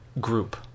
group